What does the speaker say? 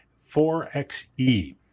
4XE